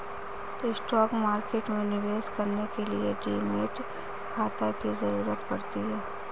stock market में निवेश करने के लिए डीमैट खाता की जरुरत पड़ती है